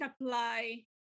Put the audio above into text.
apply